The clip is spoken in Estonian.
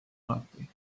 alati